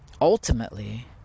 ultimately